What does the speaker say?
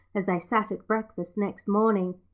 as they sat at breakfast next morning.